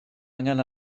angen